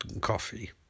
Coffee